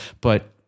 But-